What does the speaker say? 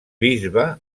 bisbe